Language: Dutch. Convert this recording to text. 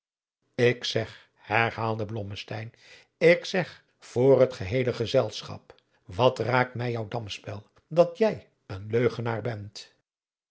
ik zeg herhaalde blommesteyn ik zeg voor het geheele gezelschap wat raakt mij jouw damspel dat jij een leugenaar bent